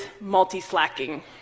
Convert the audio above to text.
multi-slacking